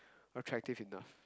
attractive enough